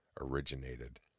originated